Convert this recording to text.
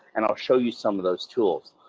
and i'll show you some of those tools.